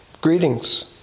greetings